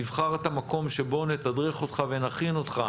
תבחר את המקום שבו נתדרך אותך ונכין אותך